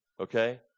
okay